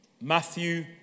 Matthew